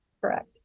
Correct